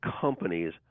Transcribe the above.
companies